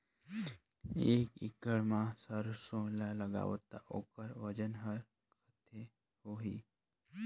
एक एकड़ मा सरसो ला लगाबो ता ओकर वजन हर कते होही?